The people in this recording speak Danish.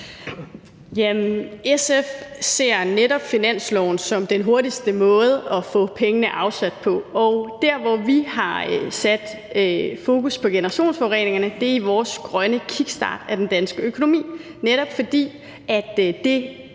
SF ser netop finansloven som den hurtigste måde at få pengene afsat på. Der, hvor vi har sat fokus på generationsforureningerne, er i vores grønne kickstart af den danske økonomi, netop fordi det